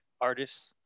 artists